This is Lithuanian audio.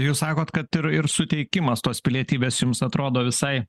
jūs sakot kad ir ir suteikimas tos pilietybės jums atrodo visai